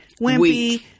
wimpy